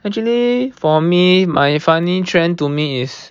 actually for me my funny trend to me is